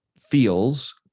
feels